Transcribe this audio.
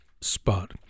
spot